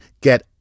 get